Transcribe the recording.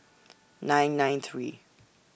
nine nine three